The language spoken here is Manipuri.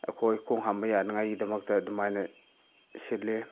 ꯑꯩꯈꯣꯏ ꯈꯣꯡ ꯍꯥꯝꯕ ꯌꯥꯅꯉꯥꯏꯒꯤꯗꯃꯛꯇ ꯑꯗꯨꯃꯥꯏꯅ ꯁꯤꯜꯂꯤ